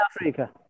Africa